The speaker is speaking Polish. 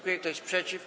Kto jest przeciw?